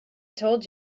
told